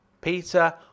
Peter